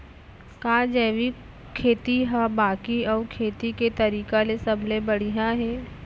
का जैविक खेती हा बाकी अऊ खेती के तरीका ले सबले बढ़िया हे?